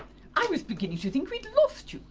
i was beginning to think we'd lost you!